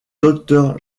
docteur